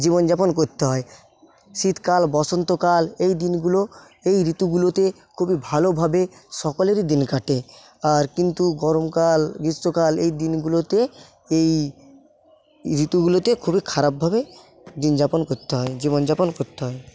জীবনযাপন করতে হয় শীতকাল বসন্তকাল এই দিনগুলো এই ঋতুগুলোতে খুবই ভালোভাবে সকলেরই দিন কাটে আর কিন্তু গরমকাল গ্রীষ্মকাল এই দিনগুলোতে এই ঋতুগুলোতে খুবই খারাপভাবে দিন যাপন করতে হয় জীবন যাপন করতে হয়